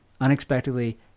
unexpectedly